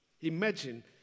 Imagine